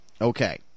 Okay